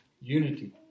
Unity